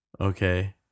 Okay